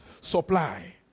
Supply